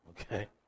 Okay